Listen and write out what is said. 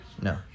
No